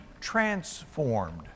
transformed